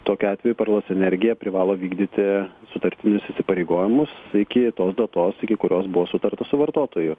tokiu atveju perlas energija privalo vykdyti sutartinius įsipareigojimus iki tos datos iki kurios buvo sutarta su vartotoju